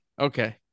Okay